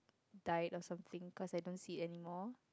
died or something cause I don't see anymore